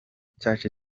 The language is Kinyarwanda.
church